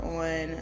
on